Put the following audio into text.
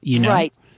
Right